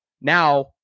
now